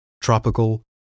Tropical